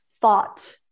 thought